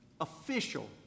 official